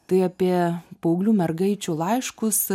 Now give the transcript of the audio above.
tai apie paauglių mergaičių laiškus